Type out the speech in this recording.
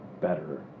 better